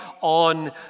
on